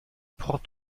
port